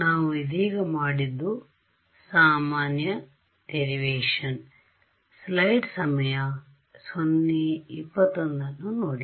ನಾವು ಇದೀಗ ಮಾಡಿದ್ದು ಸಾಮಾನ್ಯ ವ್ಯುತ್ಪತ್ತಿ